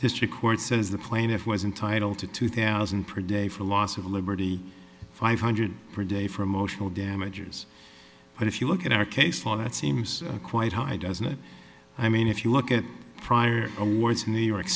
district court says the plaintiff was entitled to two thousand per day for loss of liberty five hundred per day for emotional damages but if you look at our case file that seems quite high doesn't it i mean if you look at prior awards in new york